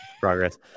progress